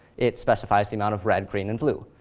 it specifies the amount of red, green, and blue.